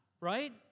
right